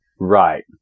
Right